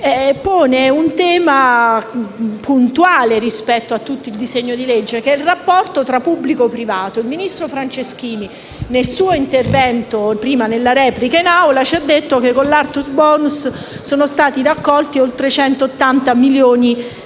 pone un tema puntuale rispetto a tutto il disegno di legge, che è il rapporto tra pubblico e privato. Il ministro Franceschini, nel suo intervento in replica, ci ha riferito che con l'Art bonus sono stati raccolti oltre 180 milioni di euro.